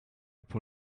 pour